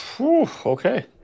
okay